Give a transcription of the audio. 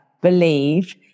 believe